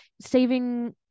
saving